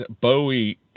bowie